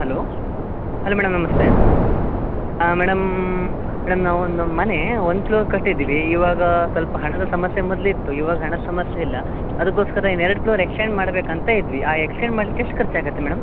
hello hello madam ನಮಸ್ತೆ ಹಾಂ madam madam ನಾವು ಒಂದು ಮನೆ ಒನ್ ಫ್ಲೋರ್ ಕಟ್ಟಿದ್ದೀವಿ ಇವಾಗ ಸ್ವಲ್ಪ ಹಣದ ಸಮಸ್ಯೆ ಮೊದ್ಲು ಇತ್ತು ಇವಾಗ ಹಣದ ಸಮಸ್ಯೆ ಇಲ್ಲ ಅದ್ಕೊಸ್ಕರ ಇನ್ನು ಎರಡು ಫ್ಲೋರ್ ಎಕ್ಸ್ಟೆಂಡ್ ಮಾಡ್ಬೇಕಂತ ಇದ್ವಿ ಆ ಎಕ್ಸ್ಟೆಂಡ್ ಮಾಡಲಿಕ್ಕೆ ಎಷ್ಟು ಖರ್ಚ್ ಆಗುತ್ತೆ ಮೇಡಮ್